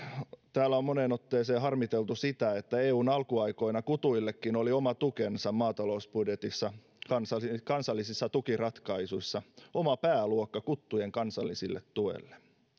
täällä on moneen otteeseen harmiteltu sitä että eun alkuaikoina kutuillekin oli oma tukensa maatalousbudjetissa kansallisissa tukiratkaisuissa oma pääluokka kuttujen kansalliselle tuelle